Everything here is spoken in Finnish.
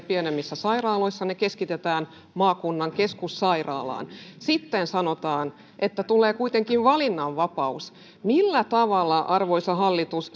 pienemmissä sairaaloissa ne keskitetään maakunnan keskussairaalaan sitten sanotaan että tulee kuitenkin valinnanvapaus millä tavalla arvoisa hallitus